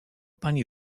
pani